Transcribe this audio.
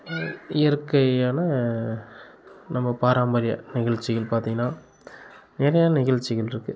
இயற்கையான நம்ம பாரம்பரிய நிகழ்ச்சிகள் பார்த்திங்கன்னா நிறைய நிகழ்ச்சிகளிருக்கு